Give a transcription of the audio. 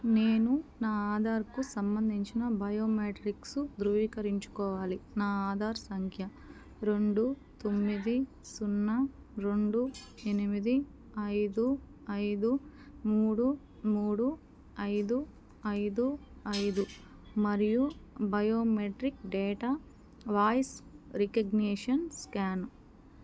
నేను నా ఆధార్కు సంబంధించిన బయోమెట్రిక్స్ ధృవీకరించుకోవాలి నా ఆధార్ సంఖ్య రెండు తొమ్మిది సున్నా రెండు ఎనిమిది ఐదు ఐదు మూడు మూడు ఐదు ఐదు ఐదు మరియు biometric data voice recognition scan